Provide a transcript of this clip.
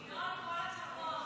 ינון, כל הכבוד.